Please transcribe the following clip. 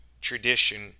tradition